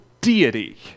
deity